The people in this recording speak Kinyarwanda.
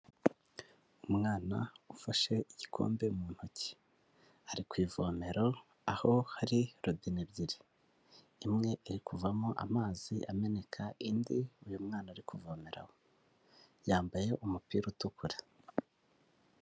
Umwana ufashe igikombe mu ntoki, ari ku ivomero aho hari robine ebyiri. Imwe ari kuvamo amazi ameneka indi uyu mwana ari kuvomeramo, yambaye umupira utukura.